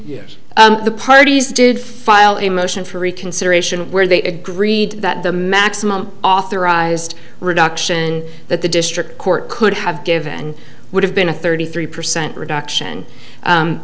yes the parties did file a motion for reconsideration where they agreed that the maximum authorized reduction that the district court could have given would have been a thirty three percent reduction